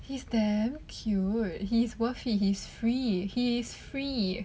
he's damn cute he's worth he he's free he's free